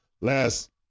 last